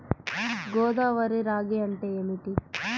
గోదావరి రాగి అంటే ఏమిటి?